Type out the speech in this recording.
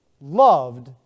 loved